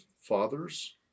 fathers